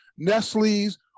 Nestle's